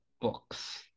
books